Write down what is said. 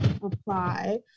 reply